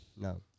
No